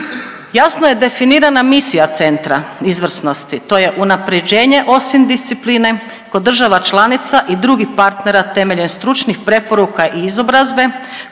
Jasno je definirana misija Centra izvrsnosti, to je unaprjeđenje OSINT discipline kod država članica i drugih partnera temeljem stručnih preporuka i izobrazbe